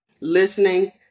listening